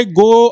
go